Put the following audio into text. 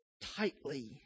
tightly